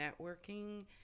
networking